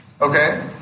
Okay